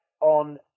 on